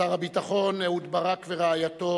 שר הביטחון אהוד ברק ורעייתו,